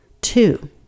Two